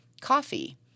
Coffee